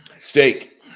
Steak